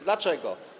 Dlaczego?